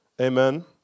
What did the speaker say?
Amen